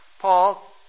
Paul